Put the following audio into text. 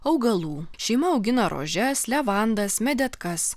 augalų šeima augina rožes levandas medetkas